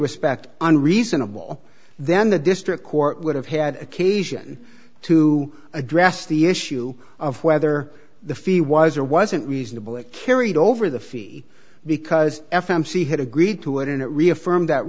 respect an reasonable then the district court would have had occasion to address the issue of whether the fee was or wasn't reasonable it carried over the fee because f m c had agreed to it and it reaffirmed that